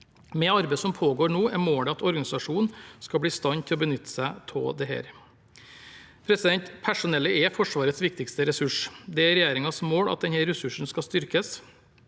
Med arbeidet som pågår nå, er målet at organisasjonen skal bli i stand til å benytte seg av dette. Personellet er Forsvarets viktigste ressurs. Det er regjeringens mål at denne ressursen skal styrkes.